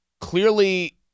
clearly